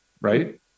right